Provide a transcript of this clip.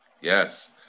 yes